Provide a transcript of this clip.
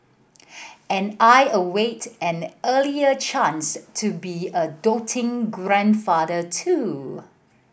and I await an earlier chance to be a doting grandfather too